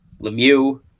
Lemieux